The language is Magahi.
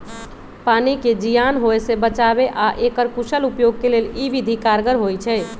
पानी के जीयान होय से बचाबे आऽ एकर कुशल उपयोग के लेल इ विधि कारगर होइ छइ